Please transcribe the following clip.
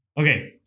Okay